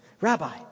Rabbi